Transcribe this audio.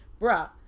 bruh